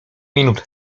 minut